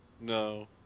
No